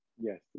Yes